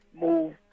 move